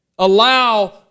Allow